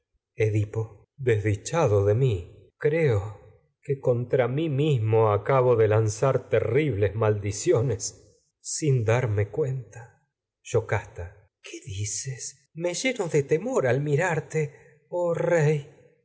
edipo desdichado de mi de creo que contra mi mis mo acabo lanzar terribles maldiciones sin darme cuenta yocasta qué dices me lleno de temor al mirarte oh rey